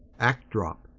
act drop